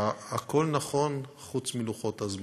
הכול נכון חוץ מלוחות הזמנים.